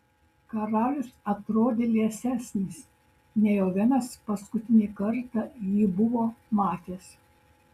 karalius atrodė liesesnis nei ovenas paskutinį kartą jį buvo matęs